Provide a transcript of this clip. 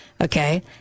Okay